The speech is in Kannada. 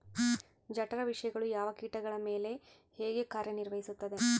ಜಠರ ವಿಷಯಗಳು ಯಾವ ಕೇಟಗಳ ಮೇಲೆ ಹೇಗೆ ಕಾರ್ಯ ನಿರ್ವಹಿಸುತ್ತದೆ?